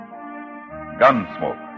Gunsmoke